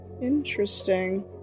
Interesting